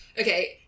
Okay